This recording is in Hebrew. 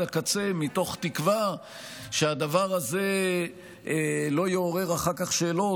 הקצה מתוך תקווה שהדבר הזה לא יעורר אחר כך שאלות